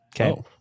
Okay